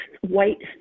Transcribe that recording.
white